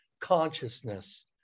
consciousness